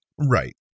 right